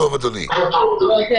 מכמה סיבות.